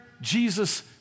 Jesus